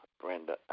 Brenda